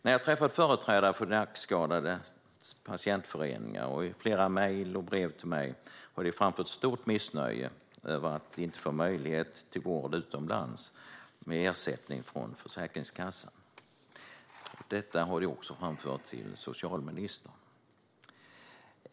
När jag träffar företrädare för nackskadades patientföreningar och i flera mejl och brev till mig framför de ett stort missnöje över att de inte får möjlighet till vård utomlands med ersättning från Försäkringskassan. Detta har de också framfört till socialministern.